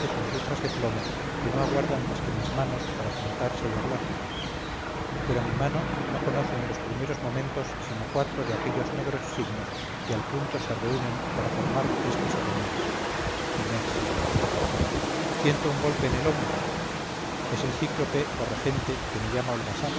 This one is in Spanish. sus letras de plomo que no aguardan más que mis manos para juntarse y hablar pero mi mano no conoce en los primeros momentos sino cuatro deaquellos negros signos que al punto se reúnen para formar este solo nombre inés siento un golpe en el hombro es el cíclope o regente que me llama holgazán